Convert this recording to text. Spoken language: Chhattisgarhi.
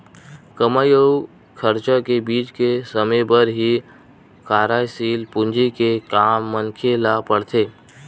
कमई अउ खरचा के बीच के समे बर ही कारयसील पूंजी के काम मनखे ल पड़थे